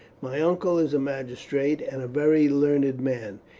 my uncle is a magistrate, and a very learned man.